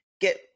get